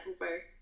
over